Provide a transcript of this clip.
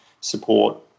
support